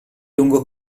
lungo